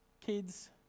kids